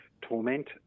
torment